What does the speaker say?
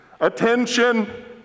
Attention